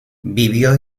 vivió